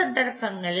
അത്തരം സന്ദർഭങ്ങളിൽ